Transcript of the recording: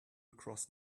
across